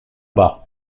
bas